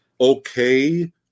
okay